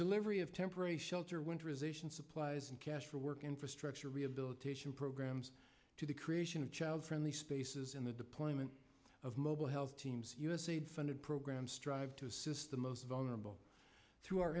delivery of temporary shelter winterization supplies and cash for work infrastructure rehabilitation programs to the creation of child friendly spaces in the deployment of mobile health teams usaid funded programs strive to assist the most vulnerable through